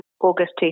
August